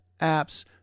apps